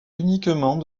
uniquement